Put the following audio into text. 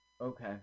okay